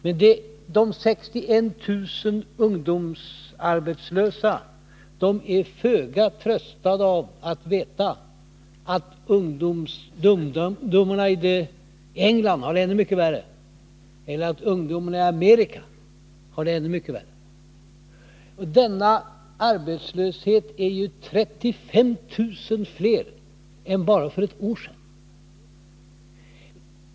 Men de 61 000 ungdomsarbetslösa är föga tröstade av att få veta att ungdomarna i England eller ungdomarna i Amerika har det ännu mycket värre än de. Den här arbetslösheten omfattar nu 35 000 fler än för bara ett år sedan.